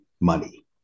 money